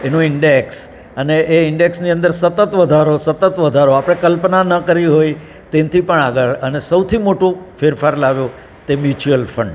એનો ઈન્ડેક્સ અને એ ઈન્ડેક્સની અંદર સતત વધારો સતત વધારો આપણે કલ્પના ના કરી હોય તેનાથી પણ આગળ અને સૌથી મોટો ફેરફાર લાવ્યો તે મ્યુચુઅલ ફંડ